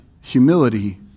humility